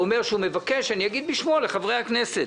הוא אומר שהוא מבקש שאגיד בשמו לחברי הכנסת: